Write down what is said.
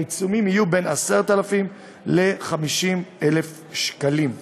העיצומים יהיו בין 10,000 ל-50,000 שקלים.